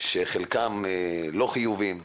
שחלקם לא חיוביים לקורונה,